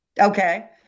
Okay